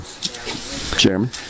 chairman